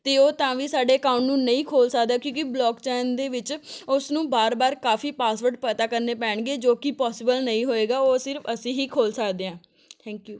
ਅਤੇ ਉਹ ਤਾਂ ਵੀ ਸਾਡੇ ਅਕਾਊਂਟ ਨੂੰ ਨਹੀਂ ਖੋਲ੍ਹ ਸਕਦਾ ਕਿਉਂਕਿ ਬਲੋਕਚੈਨ ਦੇ ਵਿੱਚ ਉਸਨੂੰ ਬਾਰ ਬਾਰ ਕਾਫੀ ਪਾਸਵਰਡ ਪਤਾ ਕਰਨੇ ਪੈਣਗੇ ਜੋ ਕਿ ਪੌਸੀਬਲ ਨਹੀਂ ਹੋਏਗਾ ਉਹ ਸਿਰਫ ਅਸੀਂ ਹੀ ਖੋਲ੍ਹ ਸਕਦੇ ਹਾਂ ਥੈਂਕ ਯੂ